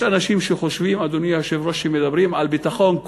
יש אנשים שחושבים שכשמדברים על ביטחון,